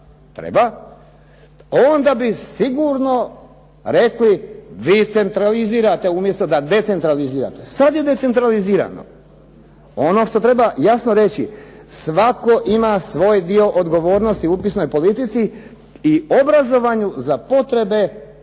treba, onda bi sigurno rekli vi centralizirate umjesto da decentralizirate, sada je decentralizirano. Ono što treba jasno reći svatko ima svoj dio odgovornost u upisnoj politici i obrazovanju za potrebe